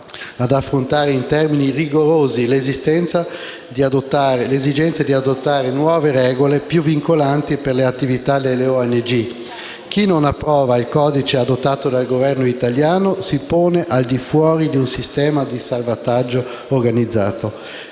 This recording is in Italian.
ad affrontare in termini rigorosi l'esigenza di adottare nuove regole, più vincolanti, per l'attività delle ONG. Chi non approva il codice adottato dal Governo italiano si pone al di fuori di un sistema di salvataggio organizzato.